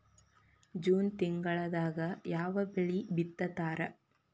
June ತಿಂಗಳದಾಗ ಯಾವ ಬೆಳಿ ಬಿತ್ತತಾರ?